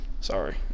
Sorry